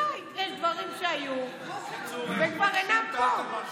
די, יש דברים שהיו והם כבר אינם פה.